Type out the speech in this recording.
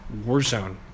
Warzone